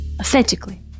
Aesthetically